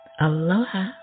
Aloha